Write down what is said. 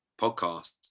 podcast